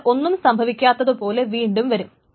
എന്നിട്ട് ഒന്നും സംഭവിക്കാത്തതുപോലെ വീണ്ടും വരും